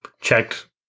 checked